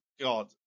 God